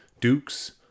dukes